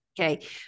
Okay